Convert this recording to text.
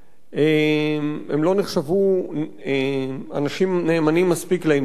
הם לא נחשבו אנשים נאמנים מספיק לאימפריה,